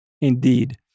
Indeed